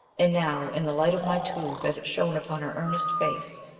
and now, in the light of my tube as it shone upon her earnest face,